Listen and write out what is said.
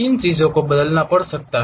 इन चीजों को बदलना पड़ सकता है